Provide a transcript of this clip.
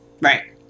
right